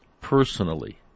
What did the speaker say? personally